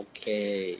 Okay